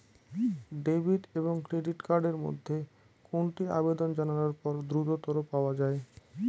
Debit এবং credit card এর মধ্যে কোনটি আবেদন জানানোর পর দ্রুততর পাওয়া য়ায়?